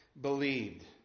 believed